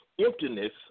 emptiness